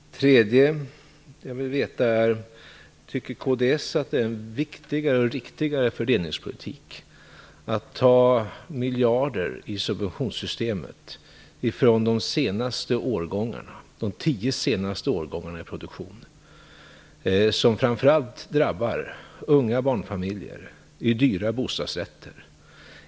Den tredje frågan är: Tycker kds att det är viktigare och riktigare fördelningspolitik att ta miljarder i subventionssystemet från de tio senaste årgångarna i produktionen, vilket framför allt drabbar unga barnfamiljer med dyra bostadsrätter?